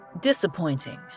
disappointing